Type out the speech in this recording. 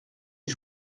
les